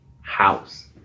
house